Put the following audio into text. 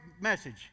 message